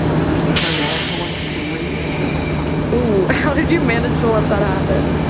i've actually had my wallet so in three different time oh, how did you manage to let that happen?